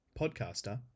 podcaster